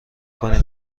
کنی